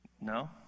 No